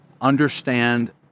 understand